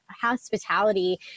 hospitality